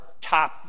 top